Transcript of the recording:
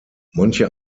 manche